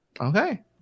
Okay